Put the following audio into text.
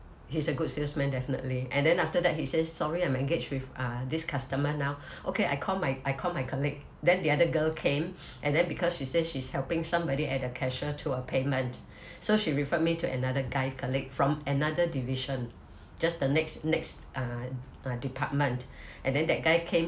he's a good salesman definitely and then after that he says sorry I'm engaged with uh this customer now okay I call my I call my colleague then the other girl came and then because she says she's helping somebody at the cashier to a payment so she referred me to another guy colleague from another division just the next next uh uh department and then that guy came